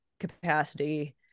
capacity